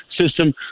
system